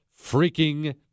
freaking